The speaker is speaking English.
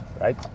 right